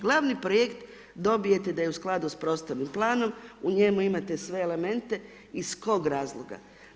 Gl. projekt dobijete da je u skladu sa prostornim planom, u njemu imate sve elemente iz kojeg razloga?